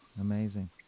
Amazing